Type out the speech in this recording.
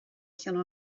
cheann